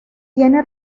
tiene